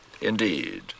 Indeed